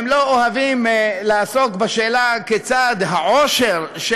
הם לא אוהבים לעסוק בשאלה כיצד העושר של